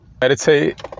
meditate